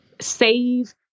save